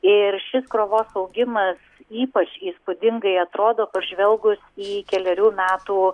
ir šis krovos augimas ypač įspūdingai atrodo pažvelgus į kelerių metų